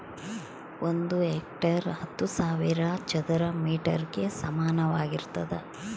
ಒಂದು ಹೆಕ್ಟೇರ್ ಹತ್ತು ಸಾವಿರ ಚದರ ಮೇಟರ್ ಗೆ ಸಮಾನವಾಗಿರ್ತದ